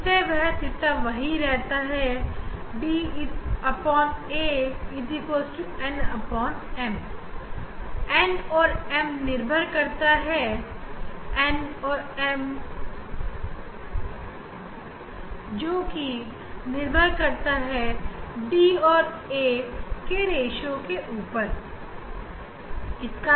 इससे थीटा वही रहता है da nm n और m निर्भर करता है m और n रेश्यो के जोकि निर्भर करता है d और a रेश्यो के मतलब da